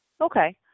Okay